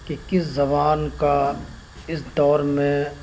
کہ کس زبان کا اس دور میں